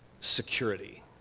security